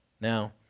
Now